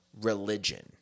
religion